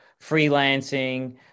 freelancing